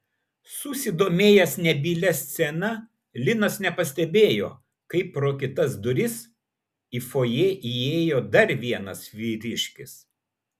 susidomėjęs nebylia scena linas nepastebėjo kaip pro kitas duris į fojė įėjo dar vienas vyriškis